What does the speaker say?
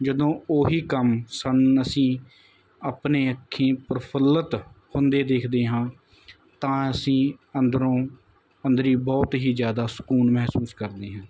ਜਦੋਂ ਉਹੀ ਕੰਮ ਸਾਨੂੰ ਅਸੀਂ ਆਪਣੇ ਅੱਖੀ ਪ੍ਰਫੁੱਲਤ ਹੁੰਦੇ ਦੇਖਦੇ ਹਾਂ ਤਾਂ ਅਸੀਂ ਅੰਦਰੋਂ ਅੰਦਰੀ ਬਹੁਤ ਹੀ ਜਿਆਦਾ ਸਕੂਨ ਮਹਿਸੂਸ ਕਰਦੇ ਹਾਂ